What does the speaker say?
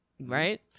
Right